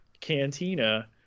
cantina